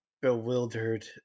bewildered